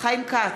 חיים כץ,